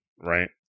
Right